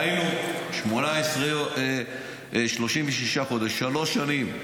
-- היינו שלוש שנים,